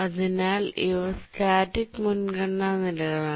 അതിനാൽ ഇവ സ്റ്റാറ്റിക് മുൻഗണന നിലകളാണ്